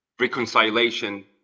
reconciliation